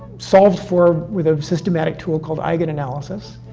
solved for with a systematic tool called eigenanalysis,